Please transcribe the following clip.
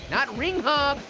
not ringhog,